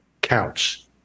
counts